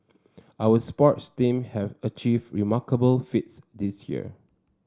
our sports team have achieved remarkable feats this year